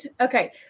Okay